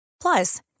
Plus